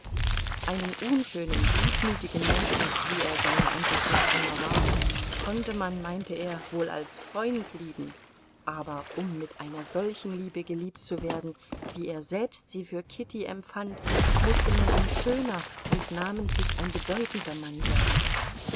einen unschönen gutmütigen menschen wie er seiner ansicht nach einer war konnte man meinte er wohl als freund lieben aber um mit einer solchen liebe geliebt zu werden wie er selbst sie für kitty empfand mußte man ein schöner und namentlich ein bedeutender mann sein